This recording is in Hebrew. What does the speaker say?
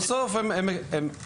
בסדר, אבל בסוף הם ממלכתיים.